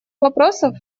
вопросов